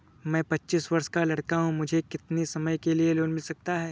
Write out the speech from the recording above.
मैं पच्चीस वर्ष का लड़का हूँ मुझे कितनी समय के लिए लोन मिल सकता है?